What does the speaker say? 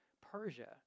Persia